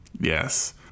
Yes